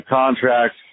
contract